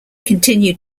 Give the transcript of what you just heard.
continued